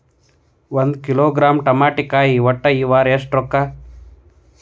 ಒಂದ್ ಕಿಲೋಗ್ರಾಂ ತಮಾಟಿಕಾಯಿ ಒಟ್ಟ ಈ ವಾರ ಎಷ್ಟ ರೊಕ್ಕಾ?